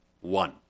one